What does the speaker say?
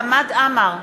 חמד עמאר,